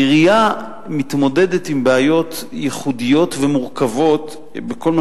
העירייה מתמודדת עם בעיות ייחודיות ומורכבות בכל מה